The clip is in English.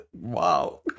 Wow